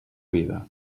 vida